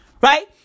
right